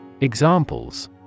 Examples